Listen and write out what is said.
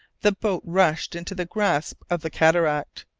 the boat rushed into the grasp of the cataract,